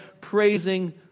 praising